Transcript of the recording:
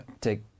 take